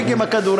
מספיק עם הכדורגל,